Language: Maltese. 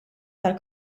tal